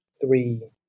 three